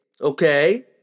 okay